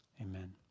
Amen